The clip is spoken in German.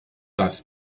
das